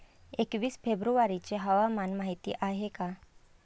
एकवीस फेब्रुवारीची हवामान माहिती आहे का?